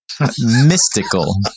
Mystical